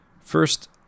First